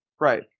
Right